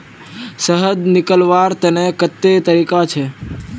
शहद निकलव्वार तने कत्ते तरीका छेक?